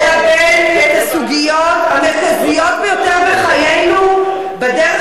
חייב ללבן את הסוגיות המרכזיות ביותר בחיינו בדרך